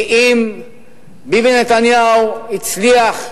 כי אם ביבי נתניהו הצליח,